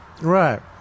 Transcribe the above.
Right